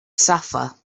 suffer